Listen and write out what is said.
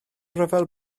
ryfel